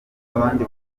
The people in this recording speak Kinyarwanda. abandi